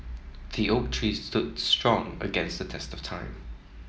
the oak tree stood strong against the test of time